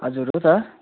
हजुर हो त